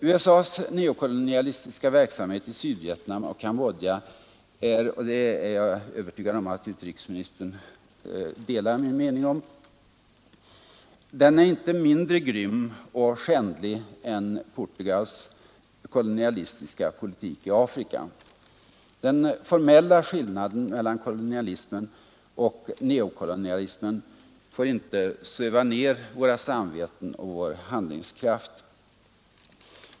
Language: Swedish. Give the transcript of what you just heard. USA:s neokolonialistiska verksamhet i Sydvietnam och Cambodja — jag är övertygad om att utrikesministern delar min mening om detta — är inte mindre grym och skändlig än Portugals kolonialistiska politik i Afrika. Den formella skillnaden mellan kolonialismen och neokolonialismen får inte söva ner våra samveten och vår handlingskraft.